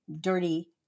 dirty